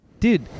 Dude